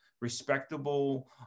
respectable